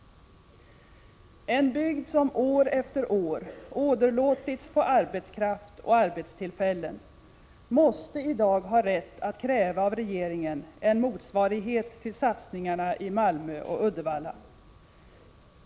En bygd som år efter år åderlåtits på arbetskraft och arbetstillfällen måste i dag ha rätt att kräva av regeringen en motsvarighet till satsningarna i Malmö och Uddevalla.